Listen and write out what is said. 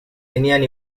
tenían